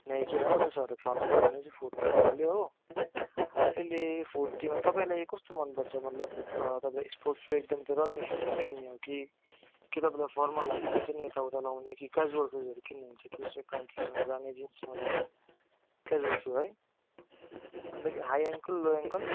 Nike अँ त्यसो भए त छ नम्बर भनेपछि फोर्टी आइहाल्यो हो अहिले फोर्टीमा तपाईँलाई कस्तो मनपर्छ मतलब तपाईँ स्पोर्ट्स सु एकदम त्यो रनिङ सुज किन्ने हो कि कि तपाईँलाई फर्मल अब हुन्छ नि यताउता लाउने कि क्याजुएल सुजहरू किन्नुहुन्छ कि यसो प्यान्टसहरूसँग जाने जिन्ससँग जाने क्याजुएल सु है अन्त हाई एङ्कल लो एङ्कल